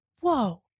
whoa